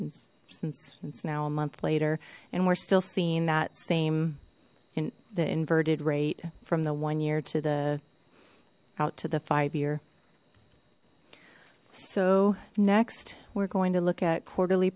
it's now a month later and we're still seeing that same in the inverted rate from the one year to the out to the five year so next we're going to look at quarterly